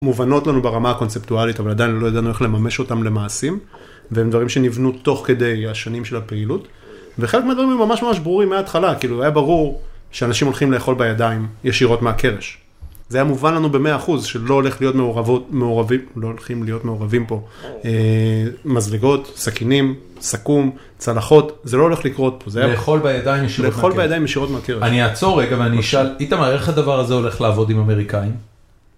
מובנות לנו ברמה הקונספטואלית, אבל עדיין לא ידענו איך לממש אותם למעשים, והם דברים שנבנו תוך כדי השנים של הפעילות, וחלק מהדברים היו ממש ממש ברורים מההתחלה, כאילו היה ברור, שאנשים הולכים לאכול בידיים ישירות מהקרש. זה היה מובן לנו ב-100% שלא הולך להיות מעורבות, מעורבים, לא הולכים להיות מעורבים פה, מזלגות, סכינים, סכו"ם, צלחות, זה לא הולך לקרות פה..זה היה.. לאכול בידיים ישירות מהקרש, לאכול בידיים ישירות מהקרש, אני אעצור רגע ואני אשאל, איתמר איך הדבר הזה הולך לעבוד עם אמריקאים?